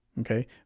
Okay